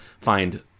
find